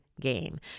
game